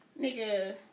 nigga